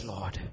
Lord